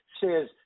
says